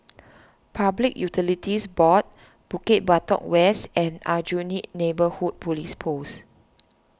Public Utilities Board Bukit Batok West and Aljunied Neighbourhood Police Post